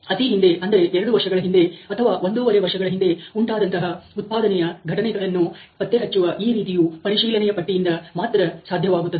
ಅತಿ ಹಿಂದೆ ಅಂದರೆ 2 ವರ್ಷಗಳ ಹಿಂದೆ ಅಥವಾ ಒಂದೂವರೆ ವರ್ಷಗಳ ಹಿಂದೆ ಉಂಟಾದಂತಹ ಉತ್ಪಾದನೆಯ ಘಟನೆಗಳನ್ನು ಪತ್ತೆ ಹಚ್ಚುವ ಈ ರೀತಿಯು ಪರಿಶೀಲನೆಯ ಪಟ್ಟಿ ಯಿಂದ ಮಾತ್ರ ಸಾಧ್ಯವಾಗುತ್ತದೆ